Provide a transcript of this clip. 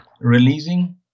releasing